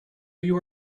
you